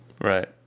Right